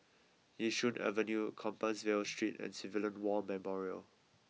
Yishun Avenue Compassvale Street and Civilian War Memorial